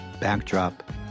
backdrop